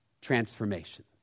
transformation